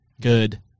good